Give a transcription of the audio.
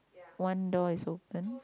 one door is open